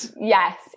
Yes